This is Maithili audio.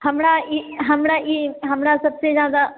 हमरा ई हमरा ई हमरा सबसे जादा